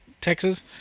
Texas